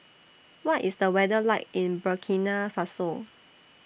What IS The weather like in Burkina Faso